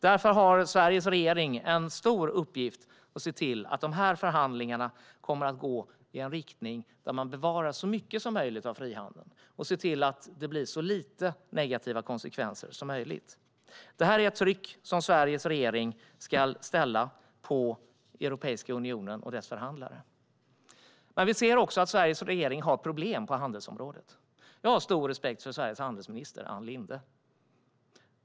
Därför har Sveriges regering en stor uppgift i att se till att de här förhandlingarna kommer att gå i en riktning där man bevarar så mycket som möjligt av frihandeln och ser till att det blir så lite negativa konsekvenser som möjligt. Detta är ett tryck som Sveriges regering ska ställa på Europeiska unionen och dess förhandlare. Men vi ser också att Sveriges regering har problem på handelsområdet. Jag har stor respekt för Sveriges handelsminister Ann Linde.